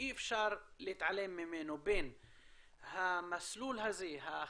שאי אפשר להתעלם ממנו, בין המסלול הזה, החברתי,